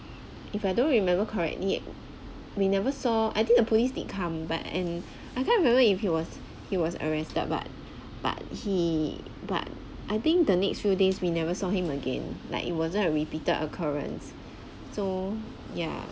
if I don't remember correctly we never saw I think the police did come but and I can't remember if he was he was arrested but but he but I think the next few days we never saw him again like it wasn't a repeated occurrence so ya